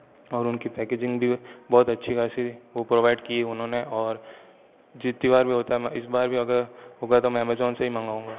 और उनकी पैकेजिंग भी बहुत अच्छी खासी वो प्रोवाइड की उन्होंने और जितनी बार भी होता है इस बार भी अगर होगा तो मैं ऐमज़ॉन से ही मंगाऊंगा